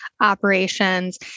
operations